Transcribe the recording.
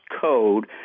Code